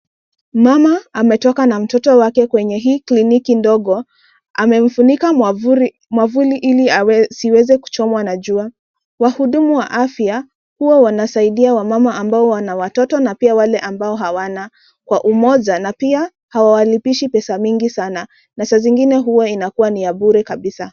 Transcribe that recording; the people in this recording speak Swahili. Mama ametoka na mtoto wake kwenye hii kliniki ndogo, amefunika mwavuli ili ziweze kuchomwa na jua. Wahudumu wa afya huwa wanasaidia wamama ambao wana watoto na pia wale ambao hawana kwa ummoja na pia hawalipishi peza mingi sana, na saa zingine huwa ni ya bure kabisa.